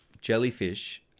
Jellyfish